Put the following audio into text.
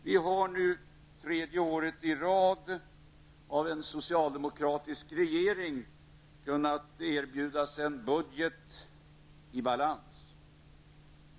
Vi har nu för tredje året i rad med en socialdemokratisk regering kunnat erbjuda en budget i balans.